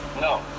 no